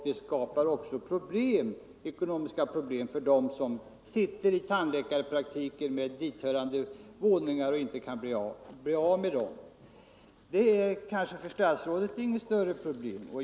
Det skapar också ekonomiska problem för dem som har egna tandläkarpraktiker med tillhörande våningar och inte kan bli av med dem. Men det kanske för statsrådet inte är något större problem.